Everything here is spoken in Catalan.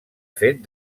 fet